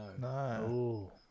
No